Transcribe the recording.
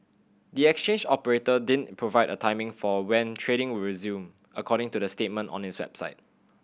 the exchange operator didn't provide a timing for when trading will resume according to the statement on its website